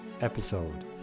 episode